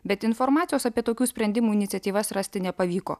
bet informacijos apie tokių sprendimų iniciatyvas rasti nepavyko